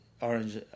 Orange